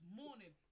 morning